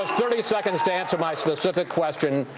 ah thirty seconds to answer my specific question.